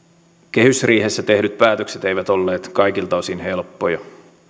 kehysriihessä tehdyt päätökset eivät olleet kaikilta osin helppoja